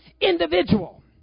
individual